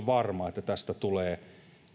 varma että tästä tulee